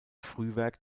frühwerk